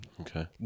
Okay